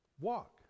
walk